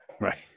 Right